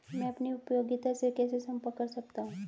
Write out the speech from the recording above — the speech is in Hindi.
मैं अपनी उपयोगिता से कैसे संपर्क कर सकता हूँ?